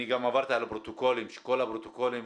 אני גם עברתי על כל הפרוטוקולים,